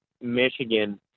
Michigan